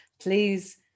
please